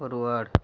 forward